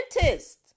dentist